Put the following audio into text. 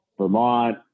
vermont